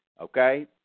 Okay